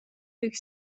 tych